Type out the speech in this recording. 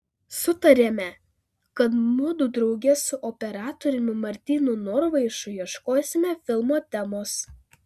sutarėme kad mudu drauge su operatoriumi martynu norvaišu ieškosime filmo temos